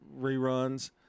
reruns